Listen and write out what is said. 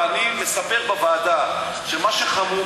אני הולך בדרך לוועדה ואני מספר בוועדה שמה שחמור,